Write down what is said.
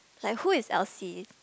like who is Elsie